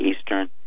Eastern